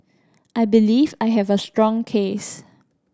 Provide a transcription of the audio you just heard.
I believe I have a strong case